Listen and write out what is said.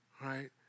right